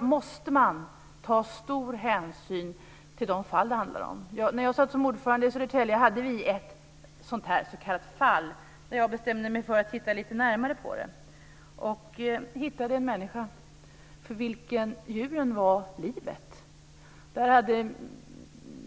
måste man ta stor hänsyn till de enskilda fallen. När jag var nämndordförande i Södertälje hade vi ett fall som jag bestämde mig för att titta lite närmare på. Jag hittade en människa för vilken djuren var livsviktiga.